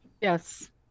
Yes